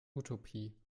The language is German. utopie